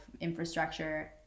infrastructure